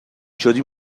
شدی